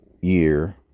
year